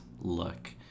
look